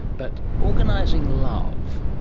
but organising love,